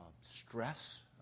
stress